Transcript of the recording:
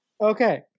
Okay